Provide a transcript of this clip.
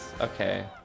Okay